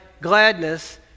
gladness